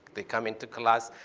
they come into class,